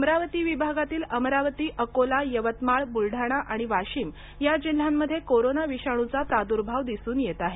अमरावती विभागातील अमरावती अकोला यवतमाळ ब्लढाणा आणि वाशिम या जिल्ह्यांमध्ये कोरोना विषाणूचा प्राद्भाव दिसून येत आहे